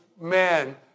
man